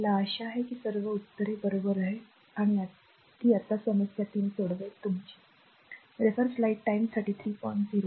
मला आशा आहे की ही सर्व उत्तरे बरोबर आहेत आणि ती आता समस्या 3 सोडवतील